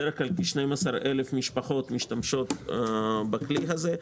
בדרך כלל, כ-12,000 משפחות משתמשות בכלי הזה.